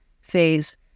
phase